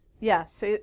Yes